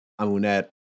Amunet